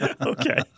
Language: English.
Okay